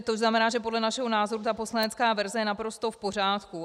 To znamená, že podle našeho názoru ta poslanecká verze je naprosto v pořádku.